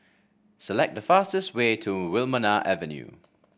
select the fastest way to Wilmonar Avenue